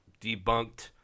debunked